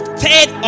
third